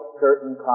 certain